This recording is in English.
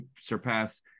surpass